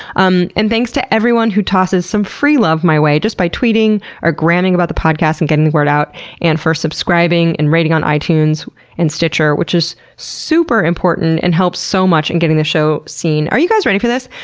um thanks to everyone who tosses some free love my way just by tweeting or gramming about the podcast and getting the word out and for subscribing and rating on itunes and stitcher which is super important and helps so much in getting the show seen are you guys ready for this?